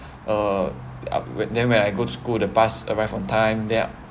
uh when then when I go to school the bus arrived on time then